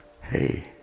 Hey